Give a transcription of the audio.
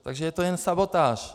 Takže je to jen sabotáž.